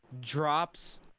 drops